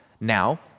now